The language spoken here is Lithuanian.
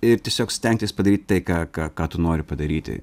ir tiesiog stengtis padaryt tai ką ką ką tu nori padaryti